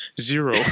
Zero